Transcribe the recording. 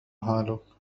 حالك